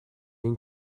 این